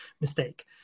mistake